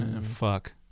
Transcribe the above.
Fuck